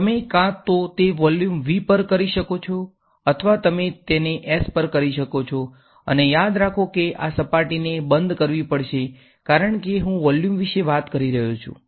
તમે કાં તો તે વોલ્યુમ V પર કરી શકો છો અથવા તમે તેને S પર કરી શકો છો અને યાદ રાખો કે આ સપાટીને બંધ કરવી પડશે કારણ કે હું વોલ્યુમ વિશે વાત કરી રહ્યો છું